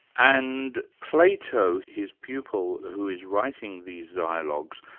and plato, his pupil, who is writing these dialogues,